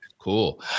Cool